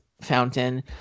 fountain